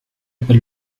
per